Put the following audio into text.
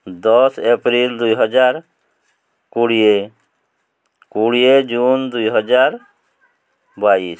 ଦଶ ଏପ୍ରିଲ୍ ଦୁଇହଜାର କୋଡ଼ିଏ କୋଡ଼ିଏ ଜୁନ୍ ଦୁଇହଜାର ବାଇଶ